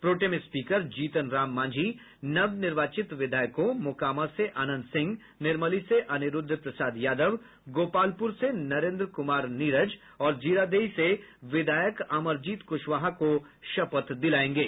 pro tem speaker Jitanram Manjhi नवनिर्वाचित विधायकों मोकामा से अनंत सिंह निर्मली से अनिरुद्ध प्रसाद यादव गोपालपुर से नरेंद्र कुमार नीरज और जीरादेई से विधायक अमरजीत कुशवाहा को शपथ दिलायेंगे